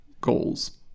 goals